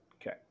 Okay